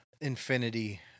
infinity